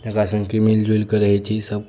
जकरा संगे की मिल जुलि कऽ रहै छी सब